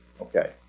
Okay